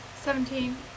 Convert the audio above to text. Seventeen